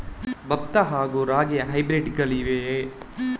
ಭತ್ತ ಹಾಗೂ ರಾಗಿಯ ಹೈಬ್ರಿಡ್ ಗಳಿವೆಯೇ?